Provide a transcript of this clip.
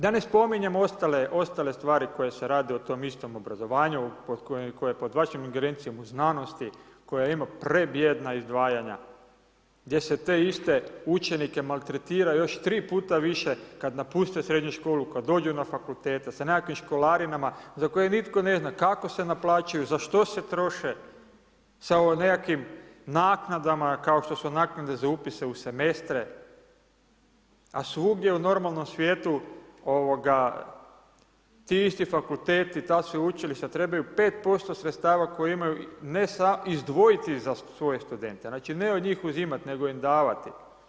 Da ne spominjem ostale stvari koje se rade o tom istom obrazovanju po koje pod vlastitom ingerencijom znanosti koje ima prebijedna izdvajanja, gdje se te iste učenike maltretira još 3 puta više kad napuste srednju školu, kad dođu na fakultete, sa nekakvim školarinama za koje nitko ne zna kako se naplaćuju, za što se troše, sa ovim nekakvim naknadama, kao što su naknade za upis u semestre, a svugdje u normalnom svijetu ti isti fakulteti, ta sveučilišta trebaju 5% sredstava koje imaju izdvojiti za svoje studente, znači od njih uzimati nego im davati.